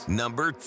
number